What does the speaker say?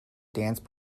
dance